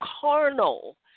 carnal